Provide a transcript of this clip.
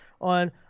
on